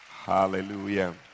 Hallelujah